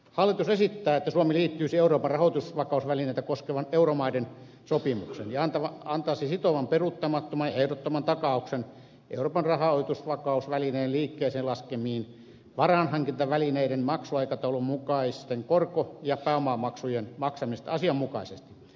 hallitus esittää että suomi liittyisi euroopan rahoitusvakausvälinettä koskevaan euromaiden sopimukseen ja antaisi sitovan peruuttamattoman ja ehdottoman takauksen euroopan rahoitusvakausvälineen liikkeeseen laskemien varainhankintavälineiden maksuaikataulun mukaisten korko ja pääomamaksujen maksamisesta asianmukaisesti